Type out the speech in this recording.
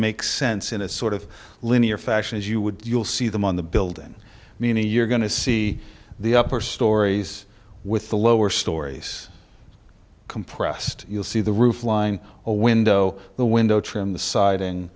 make sense in a sort of linear fashion as you would you'll see them on the building many you're going to see the upper stories with the lower stories compressed you'll see the roof line a window the window trim the sid